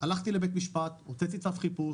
הלכתי לבית משפט, הוצאתי צו חיפוש,